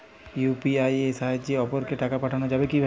UPI এর সাহায্যে অপরকে টাকা পাঠানো যাবে কিভাবে?